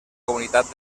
comunitats